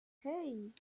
hey